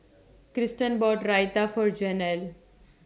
Kristen bought Raita For Janel